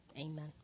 Amen